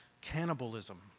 cannibalism